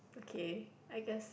okay I guess